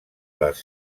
les